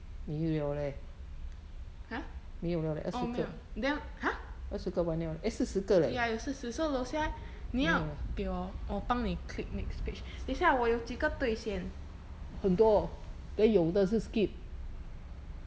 !huh! orh 没有 then !huh! ya 有四十 so 楼下 eh 你要给我我帮你 click next page 等一下我有几个对先